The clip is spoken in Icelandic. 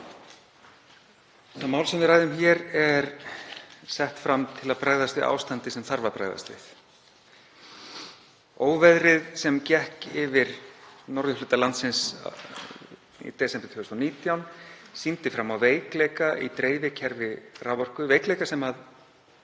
Það mál sem við ræðum hér er sett fram til að bregðast við ástandi sem bregðast þarf við. Óveðrið sem gekk yfir norðurhluta landsins í desember 2019 sýndi fram á veikleika í dreifikerfi raforku, veikleika sem við